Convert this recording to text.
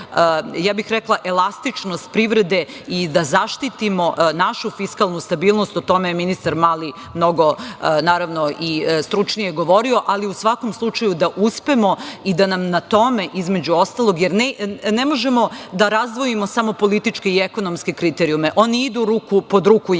takvu jednu elastičnost privrede i da zaštitimo našu fiskalnu stabilnost, o tome je ministar Mali mnogo i stručnije govorio, ali u svakom slučaju, da uspemo i da nam na tome, između ostalog, jer ne možemo da razdvojimo samo političke i ekonomske kriterijume, oni ruku pod ruku jedno sa